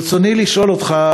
ברצוני לשאול אותך,